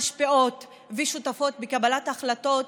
משפיעות ושותפות בקבלת החלטות,